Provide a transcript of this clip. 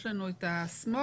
יש לנו את הסמול,